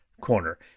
corner